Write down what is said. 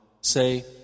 Say